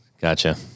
Gotcha